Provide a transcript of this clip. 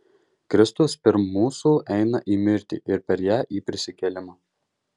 kristus pirm mūsų eina į mirtį ir per ją į prisikėlimą